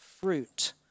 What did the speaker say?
fruit